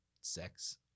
sex